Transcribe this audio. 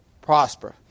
prosper